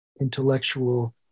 intellectual